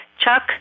Chuck